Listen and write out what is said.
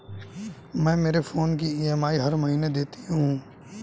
मैं मेरे फोन की ई.एम.आई हर महीने देती हूँ